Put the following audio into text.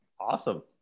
awesome